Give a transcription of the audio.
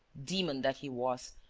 demon that he was,